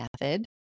method